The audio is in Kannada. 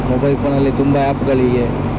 ಮೊಬೈಲ್ ಫೋನಲ್ಲಿ ತುಂಬ ಆ್ಯಪ್ಗಳಿವೆ